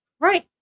Right